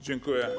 Dziękuję.